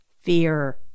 fear